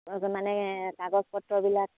মানে কাগজ পত্ৰবিলাক